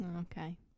Okay